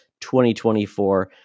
2024